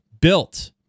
built